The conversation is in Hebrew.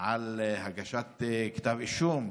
על הגשת כתב אישום.